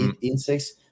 insects